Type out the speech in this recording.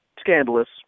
Scandalous